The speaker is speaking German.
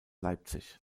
leipzig